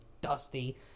dusty